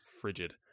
frigid